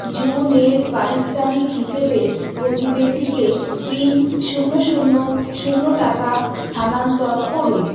June এর পারিশ্রমিক হিসেবে প্রতিবেশীকে তিন শূন্য শূন্য শূন্য টাকা স্থানান্তর করুন